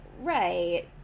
Right